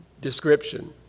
description